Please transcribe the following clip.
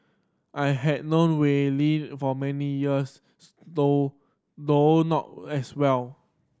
I have known Wei Li for many years though though not as well